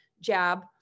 jab